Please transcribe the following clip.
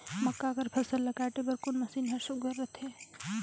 मक्का कर फसल ला काटे बर कोन मशीन ह सुघ्घर रथे?